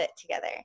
together